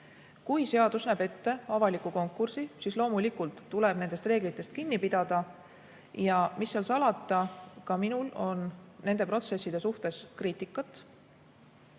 Kui seadus näeb ette avaliku konkursi, siis loomulikult tuleb nendest reeglitest kinni pidada. Ja mis seal salata, ka minul on nende protsesside suhtes kriitikat.